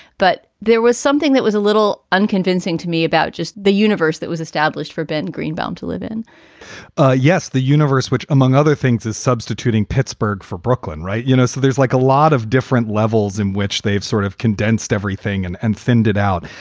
but there was something that was a little unconvincing to me about just the universe that was established for ben greenbaum to live in ah yes, the universe, which, among other things, is substituting pittsburgh for brooklyn. right. you know, so there's like a lot of different levels in which they've sort of condensed everything and and thinned it out.